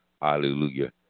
hallelujah